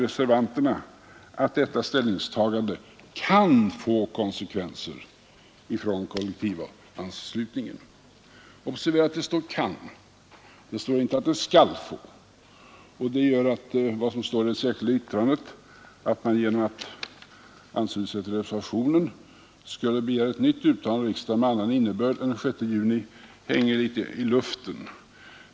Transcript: Reservanterna menar att detta ställningstagande kan få konsekvenser för kollektivanslutningen. Observera att det står ”kan”; det står inte att det skall få konsekvenser. Detta gör att påståendet i det särskilda yttrandet om att en anslutning till reservationen skulle medföra att man skulle begära ett nytt uttalande av riksdagen med annan innebörd än uttalandet den 6 juni hänger i luften.